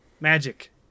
magic